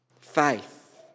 faith